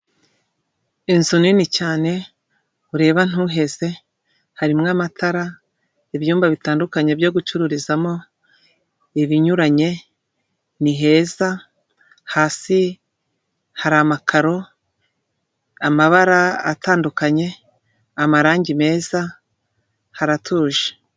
Inzu nini cyane, ureba ntuheze, harimo amatara, ibyumba bitandukanye byo gucururizamo, ibinyuranye ni heza, hasi hari amakaro amabara atandukanye, amarangi meza haratuje.